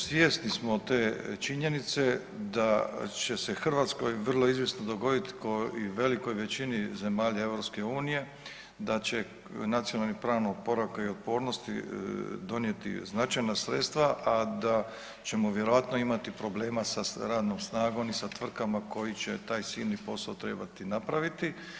Svjesni smo te činjenice da će se Hrvatskoj vrlo izvjesno dogoditi kao i velikoj većini zemalja Europske unije da će nacionalni plan oporavka i otpornosti donijeti značajna sredstva, a da ćemo vjerojatno imati problema sa radnom snagom i sa tvrtkama koji će taj silni posao trebati napraviti.